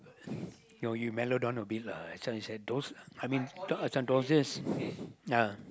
no you mellow down a bit lah as long as I those I mean as in those day ah